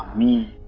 me.